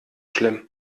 schlimm